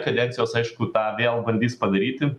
kadencijos aišku tą vėl bandys padaryti